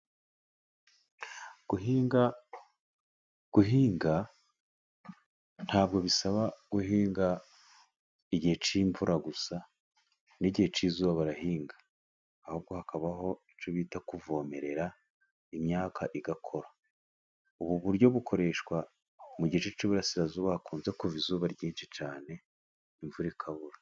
Guhinga ntabwo bisaba guhinga igihe cy'imvura gusa n'igihe cy'izuba barahinga. Ahubwo hakabaho icyo bita kuvomerera imyaka igakura. Ubu buryo bukoreshwa mu gice cy'iburasirazuba hakunze kuva izuba ryinshi cyane, imvura ikabura.